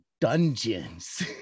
dungeons